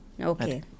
Okay